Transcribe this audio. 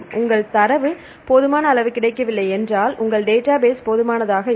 உங்கள் தரவு போதுமான அளவு கிடைக்கவில்லை என்றால் உங்கள் டேட்டாபேஸ் போதுமானதாக இல்லை